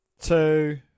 two